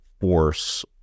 force